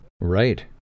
Right